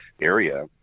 area